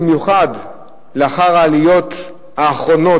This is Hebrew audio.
במיוחד לאחר ההתייקרויות האחרונות,